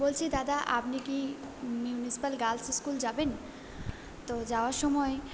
বলছি দাদা আপনি কি মিউনিসিপ্যাল গার্লস ইস্কুল যাবেন তো যাওয়ার সময়